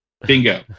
Bingo